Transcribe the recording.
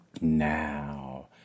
Now